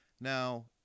Now